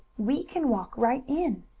we can walk right in,